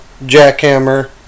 jackhammer